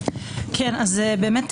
בבקשה.